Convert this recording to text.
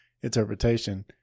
interpretation